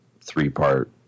three-part